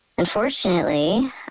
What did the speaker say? Unfortunately